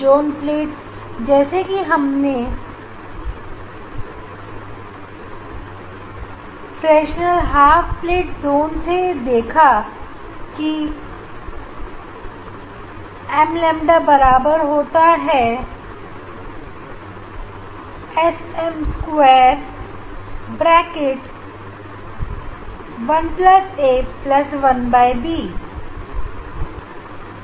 zone plate जैसा कि हमने फ्रेशनेस हाफ पीरियड जून से देखा है की एम लैम्ब्डा बराबर होता है एस एम स्क्वायर दो और A B divided by A plus B के